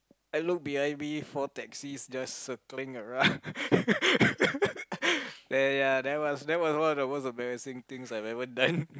I look behind me four taxis just circling around then ya that was that was one of the most embarrassing things I've ever done